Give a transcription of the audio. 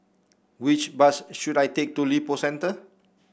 which bus should I take to Lippo Centre